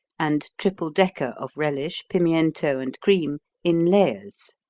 and triple decker of relish, pimiento and cream in layers.